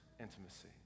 intimacy